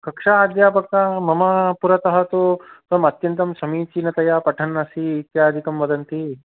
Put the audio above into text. कक्ष्या अध्यापकः मम पुरतः तु त्वं अत्यन्तं समीचीनतया पठन्नसि इत्यादिकं वदन्ति